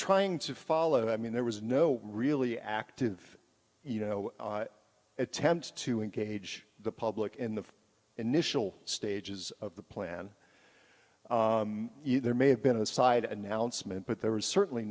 trying to follow i mean there was no really active you know attempts to engage the public in the initial stages of the plan you there may have been a side announcement but there was certainly